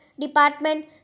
department